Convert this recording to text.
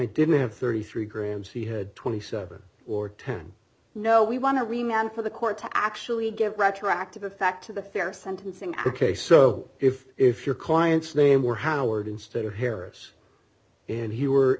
he didn't have thirty three grams he had twenty seven or ten no we want to remember for the court to actually give retroactive effect to the fair sentencing ok so if if your client's name were howard instead of harris and he were